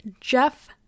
Jeff